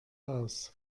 aus